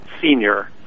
senior